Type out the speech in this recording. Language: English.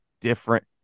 different